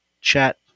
chat